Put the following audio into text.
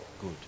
Good